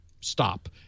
stop